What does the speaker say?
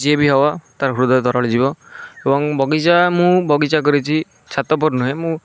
ଯିଏ ବି ହବ ତାର ହୃଦୟ ତରଳି ଯିବ ଏବଂ ବଗିଚା ମୁଁ ବଗିଚା କରିଛି ଛାତ ଉପରେ ନୁହେଁ ମୁଁ